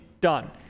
done